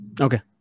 Okay